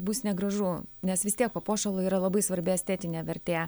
bus negražu nes vis tiek papuošalo yra labai svarbi estetinė vertė